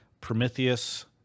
Prometheus